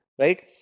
right